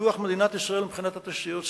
פיתוח מדינת ישראל מבחינת התשתיות זה